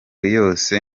yose